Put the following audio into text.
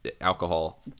alcohol